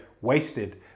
wasted